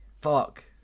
fuck